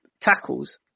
tackles